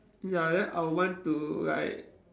ya then I'll want to like